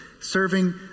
serving